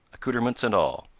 accouterments and all.